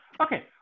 Okay